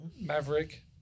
Maverick